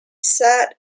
sat